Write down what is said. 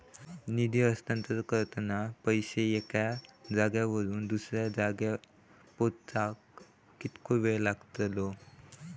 निधी हस्तांतरण करताना पैसे एक्या जाग्यावरून दुसऱ्या जाग्यार पोचाक कितको वेळ लागतलो?